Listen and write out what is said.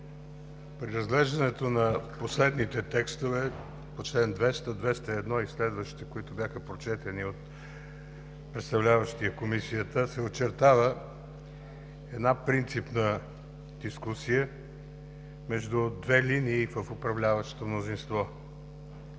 при разглеждането на последните текстове – по членове 200, 201 и следващите, които бяха прочетени от представляващия Комисията, се очертава принципна дискусия между две линии в управляващото мнозинство.